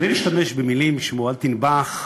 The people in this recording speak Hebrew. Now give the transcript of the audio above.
בלי להשתמש במילים כמו "אל תנבח",